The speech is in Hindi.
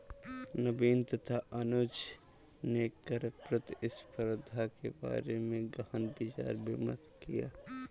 नवीन तथा अनुज ने कर प्रतिस्पर्धा के बारे में गहन विचार विमर्श किया